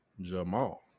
jamal